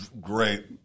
Great